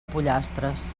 pollastres